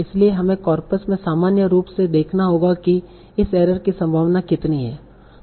इसलिए हमें कॉर्पस में सामान्य रूप से देखना होगा कि इस एरर की संभावना कितनी है